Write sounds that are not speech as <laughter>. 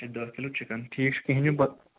دہ کلوٗ چکن ٹھیٖک چھُ <unintelligible>